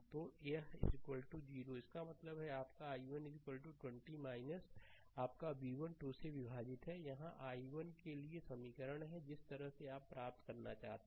तो यह 0 इसका मतलब है आपका i1 20 आपका v1 2 से विभाजित है यह i1 के लिए समीकरण है जिस तरह से आपको प्राप्त करना है